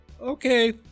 Okay